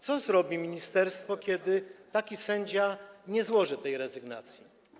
Co zrobi ministerstwo, kiedy taki sędzia nie złoży rezygnacji?